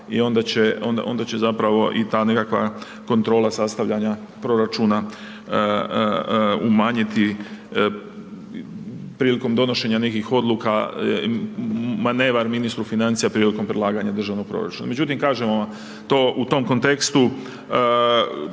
onda će zapravo i ta nekakva kontrola sastavljanja proračuna umanjiti prilikom donošenja nekih odluka manevar ministru financija prilikom predlaganja državnog proračuna. Međutim, kažemo vam, to u tom kontekstu